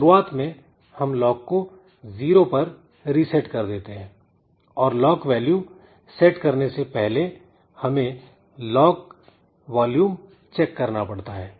शुरुआत में हम लॉक को 0 पर रीसेट कर देते हैं और लॉक वैल्यू सेट करने से पहले हमें लॉक वॉल्यूम चेक करना पड़ता है